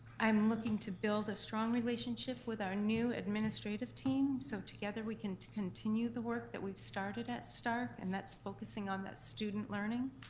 i'm looking to build a strong relationship with our new administrative team so together we can continue the work that we've started at starke, and that's focusing on that student learning.